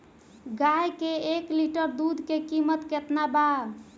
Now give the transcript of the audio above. गाय के एक लीटर दुध के कीमत केतना बा?